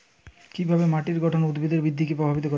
কিভাবে মাটির গঠন উদ্ভিদের বৃদ্ধিকে প্রভাবিত করে?